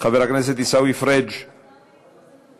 חבר הכנסת עיסאווי פריג' מוותר,